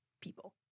people